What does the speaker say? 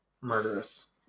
murderous